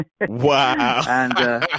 Wow